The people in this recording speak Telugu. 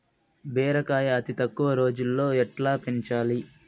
బీరకాయ అతి తక్కువ రోజుల్లో ఎట్లా పెంచాలి?